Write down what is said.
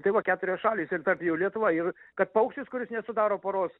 tai va keturios šalys ir tarp jų lietuva ir kad paukštis kuris nesudaro poros